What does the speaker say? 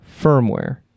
firmware